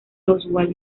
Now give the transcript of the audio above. oswald